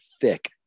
thick